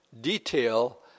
Detail